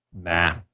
Nah